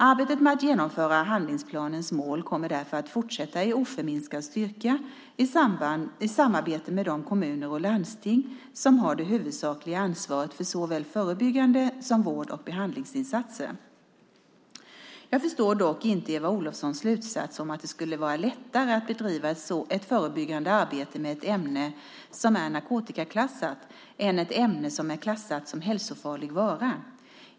Arbetet med att genomföra handlingsplanens mål kommer därför att fortsätta i oförminskad styrka i samarbete med de kommuner och landsting som har det huvudsakliga ansvaret för såväl förebyggande som vård och behandlingsinsatser. Jag förstår dock inte Eva Olofssons slutsats att det skulle vara lättare att bedriva ett förebyggande arbete med ett ämne som är narkotikaklassat än med ett ämne som är klassat som hälsofarlig vara.